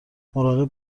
مراقب